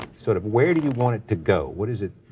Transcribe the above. sort of where do you want it to go? what is it